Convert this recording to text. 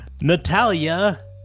Natalia